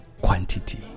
quantity